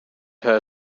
her